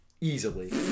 Easily